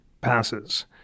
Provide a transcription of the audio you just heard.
passes